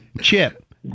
Chip